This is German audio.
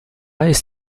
ist